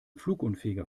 flugunfähiger